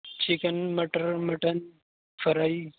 chicken مٹر mutton fry